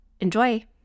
Enjoy